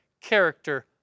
character